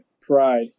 pride